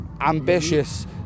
ambitious